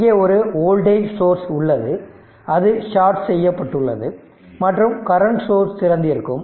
இங்கே ஒரு voltage source உள்ளது அது ஷாட் செய்யப்பட்டுள்ளது மற்றும் கரண்ட் சோர்ஸ் திறந்திருக்கும்